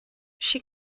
she